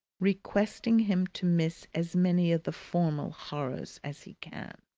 requesting him to miss as many of the formal horrors as he can.